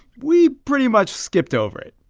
we pretty much skipped over it.